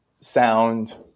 sound